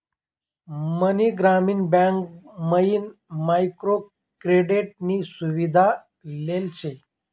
मनी ग्रामीण बँक मयीन micro credit नी सुविधा लेल शे